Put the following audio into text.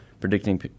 Predicting